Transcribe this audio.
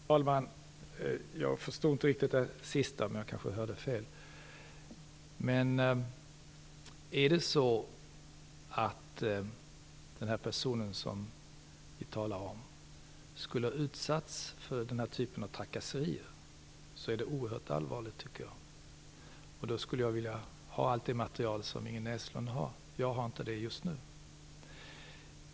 Herr talman! Jag förstod inte riktigt det sista, men jag kanske hörde fel. Om den person som vi talar om har utsatts för den här typen av trakasserier är det enligt min mening oerhört allvarligt. Jag skulle vilja ha allt det material som Inger Näslund har. Jag har inte det just nu.